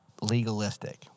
legalistic